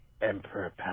Emperor